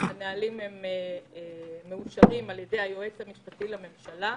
הנהלים מאושרים על ידי היועץ המשפטי לממשלה.